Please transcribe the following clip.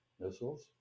missiles